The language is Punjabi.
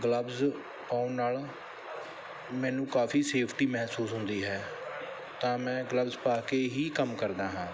ਗਲਵਜ਼ ਪਾਉਣ ਨਾਲ ਮੈਨੂੰ ਕਾਫੀ ਸੇਫਟੀ ਮਹਿਸੂਸ ਹੁੰਦੀ ਹੈ ਤਾਂ ਮੈਂ ਗਲਵਜ਼ ਪਾ ਕੇ ਹੀ ਕੰਮ ਕਰਦਾ ਹਾਂ